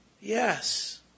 Yes